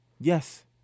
Yes